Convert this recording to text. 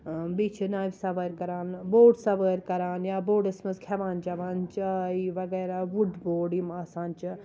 بیٚیہِ چھِ ناوِ سَوارِ کران بوٹ سَوٲرۍ کران یا بوڈَس منٛز کھٮ۪وان چٮ۪وان چاے وغیرہ وُڈ بوٹ یِم آسان چھِ